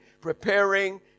preparing